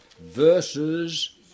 verses